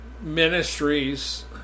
ministries